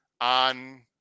on